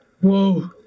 whoa